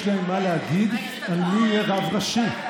יש להם מה להגיד על מי יהיה רב ראשי.